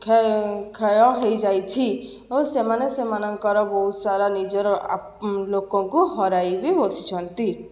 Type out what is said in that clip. କ୍ଷୟ କ୍ଷୟ ହୋଇଯାଇଛି ଓ ସେମାନେ ସେମାନଙ୍କର ବହୁତ ସାରା ନିଜର ଲୋକଙ୍କୁ ହରାଇ ବି ବସିଛନ୍ତି